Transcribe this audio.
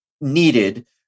needed